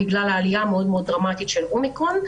בגלל העלייה המאוד דרמטית של אומיקרון.